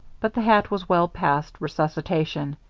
but the hat was well past resuscitation.